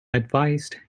advised